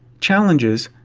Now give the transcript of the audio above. challenges.